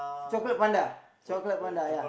chocolate panda chocolate panda ya